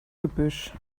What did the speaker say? gebüsch